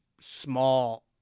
small